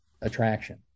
attraction